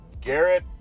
Garrett